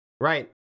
Right